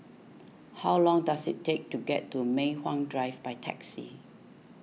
how long does it take to get to Mei Hwan Drive by taxi